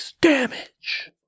damage